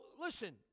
listen